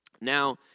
Now